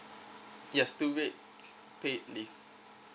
yes two weeks paid leave